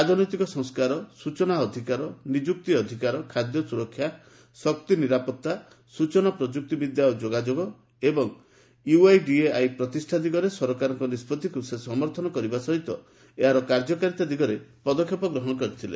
ରାଜନୈତିକ ସଂସ୍କାର ସୂଚନା ଅଧିକାର ନିଯୁକ୍ତି ଅଧିକାର ଖାଦ୍ୟ ସୁରକ୍ଷା ଶକ୍ତି ନିରାପତ୍ତା ସୂଚନା ପ୍ରଯୁକ୍ତି ବିଦ୍ୟା ଓ ଯୋଗାଯୋଗ ଏବଂ ୟୁଆଇଡିଏଆଇ ପ୍ରତିଷ୍ଠା ଦିଗରେ ସରକାରଙ୍କ ନିଷ୍ପଭିକୁ ସମର୍ଥନ କରିବା ସହିତ ଏହାର କାର୍ଯ୍ୟକାରିତା ଦିଗରେ ପଦକ୍ଷେପ ଗ୍ରହଣ କରିଥିଲେ